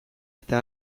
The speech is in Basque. eta